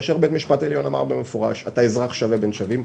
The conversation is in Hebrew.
כאשר בית המשפט העליון אמר במפורש שאני אזרח שווה בין שווים,